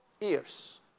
ears